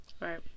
right